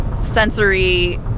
sensory